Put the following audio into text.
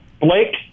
Blake